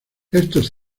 estos